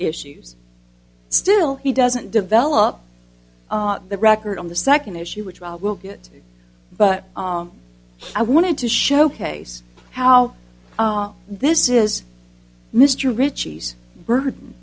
issues still he doesn't develop the record on the second issue which we will get but i wanted to showcase how this is mr ritchie's burd